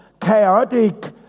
chaotic